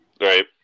Right